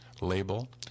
label